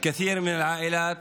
בידיעה,